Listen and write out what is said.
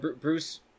bruce